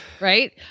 Right